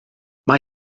mae